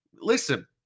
listen